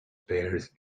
pears